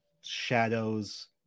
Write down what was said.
shadows